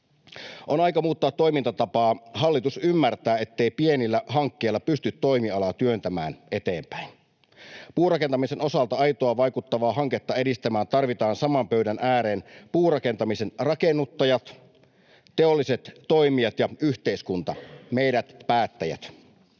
On aika muuttaa toimintatapaa. Hallitus ymmärtää, ettei pienillä hankkeilla pysty toimialaa työntämään eteenpäin. Puurakentamisen osalta aitoa, vaikuttavaa hanketta edistämään tarvitaan saman pöydän ääreen puurakentamisen rakennuttajat, teolliset toimijat ja yhteiskunta, meidät päättäjät.